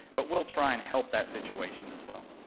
but we'll try and help that situation as well.